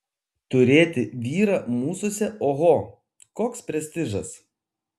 turėti vyrą mūsuose oho koks prestižas